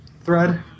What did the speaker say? thread